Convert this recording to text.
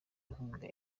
inkunga